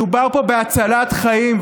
מדובר פה בהצלת חיים.